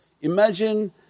Imagine